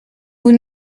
vous